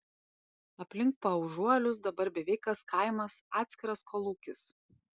aplink paužuolius dabar beveik kas kaimas atskiras kolūkis